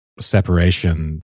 separation